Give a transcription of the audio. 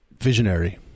Visionary